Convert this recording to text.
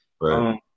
Right